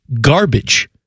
garbage